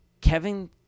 Kevin